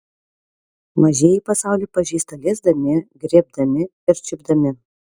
mažieji pasaulį pažįsta liesdami griebdami ir čiupdami